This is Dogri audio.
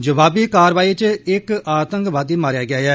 जवाबी कार्रवाई च इक आतंकवादी मारेआ गेआ ऐ